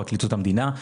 פרקליטות המדינה.